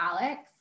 alex